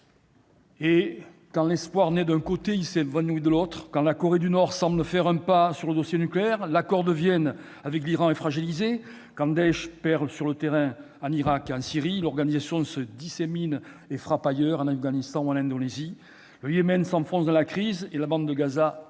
Quand l'espoir naît d'un côté, il s'évanouit de l'autre. Quand la Corée du Nord semble faire un pas sur le dossier nucléaire, l'accord de Vienne avec l'Iran est fragilisé ! Quand Daech perd du terrain en Irak et en Syrie, l'organisation se dissémine et frappe ailleurs, en Afghanistan ou en Indonésie ! Le Yémen s'enfonce dans la crise et la bande de Gaza s'enflamme